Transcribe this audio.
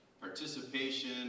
participation